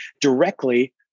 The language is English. directly